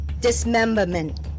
dismemberment